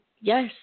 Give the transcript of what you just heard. yes